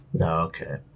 Okay